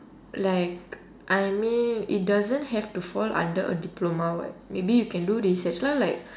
like I mean it doesn't have to fall under a diploma [what] maybe you can do research lah like